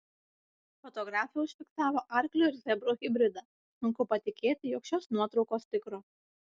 fotografė užfiksavo arklio ir zebro hibridą sunku patikėti jog šios nuotraukos tikros